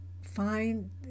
find